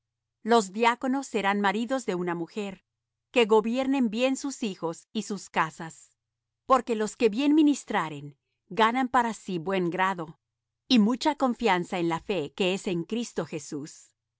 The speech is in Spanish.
los diáconos sean maridos de una mujer que gobiernen bien sus hijos y sus casas porque los que bien ministraren ganan para sí buen grado y mucha confianza en la fe que es en cristo jesús